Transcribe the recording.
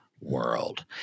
world